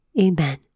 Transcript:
Amen